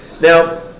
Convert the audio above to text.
Now